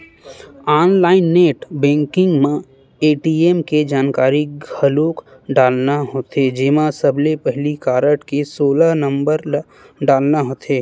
online net banking म ATM के जानकारी घलोक डालना होथे जेमा सबले पहिली कारड के सोलह नंबर ल डालना होथे